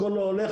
הכל לא הולך.